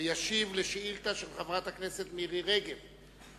וישיב על שאילתא של חברת הכנסת מירי רגב בנושא: